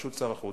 בראשות שר החוץ,